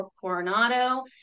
Coronado